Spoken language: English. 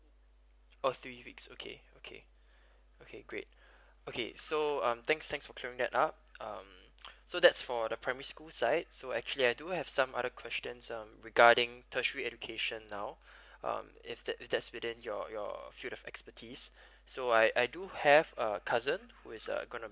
a few weeks okay okay okay great okay so um thanks thanks for querying that up um so that's for the primary school side so actually I do have some other questions um regarding tertiary education now um if that if that's within your your field of expertise so I I do have a cousin is uh gonna